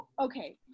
okay